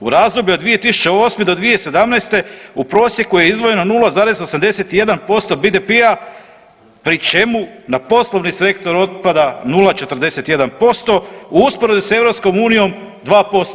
U razdoblju od 2008. do 2017. u prosjeku je izdvojeno 0,81% BDP-a pri čemu na poslovni sektor otpada 0,41% u usporedbi s EU 2%